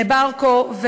לברקו,